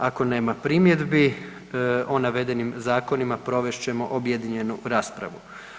Ako nema primjedbi o navedenim zakonima provest ćemo objedinjenu raspravu.